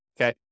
okay